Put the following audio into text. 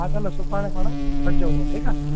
हा त न सुभाणे पाण गॾुजऊं था ठीकु आहे